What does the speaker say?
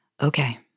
Okay